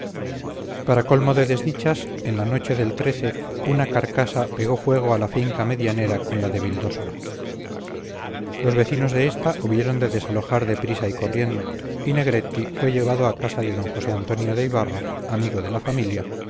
para colmo de desdichas en la noche del una carcasa pegó fuego a la finca medianera con la de vildósola los vecinos de esta hubieron de desalojar de prisa y corriendo y negretti fue llevado a casa de d josé antonio de ibarra amigo de la familia